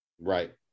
Right